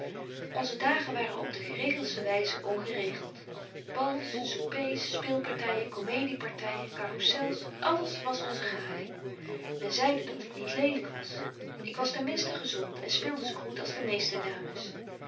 onze dagen waren op de geregeltste wyze ongeregelt bals soupées speelpartyen comediepartyen carrousels alles was onze gading men zeide dat ik niet lelyk was ik was ten minsten gezont en speelde zo goed als de meeste dames